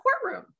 courtroom